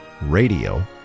radio